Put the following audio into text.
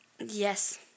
Yes